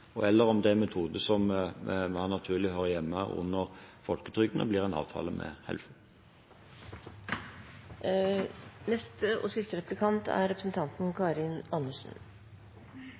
sykehusene, eller om det er en metode som mer naturlig hører hjemme under folketrygden og blir en avtale med